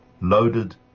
loaded